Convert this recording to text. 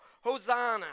Hosanna